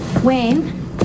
Wayne